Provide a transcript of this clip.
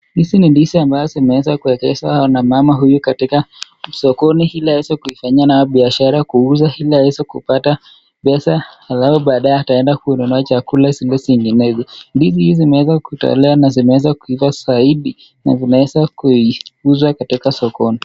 Hizi ni ndizi ambazo zimeweza kuegezwa na mama huyu katika sokoni ili aweze kuifanyia nayo bishara kuuza, ili aweze kupata pesa alafu baadae ataenda kununua chakula zile zinginezo. Ndizi hizi zimeweza kutolewa na zimeweza kuiva zaidi, na zimeweza kuiuzwa katika sokoni.